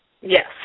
Yes